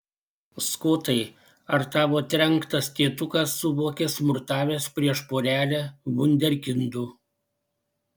skotai ar tavo trenktas tėtukas suvokė smurtavęs prieš porelę vunderkindų